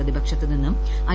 പ്രതിപക്ഷത്തുനിന്നും I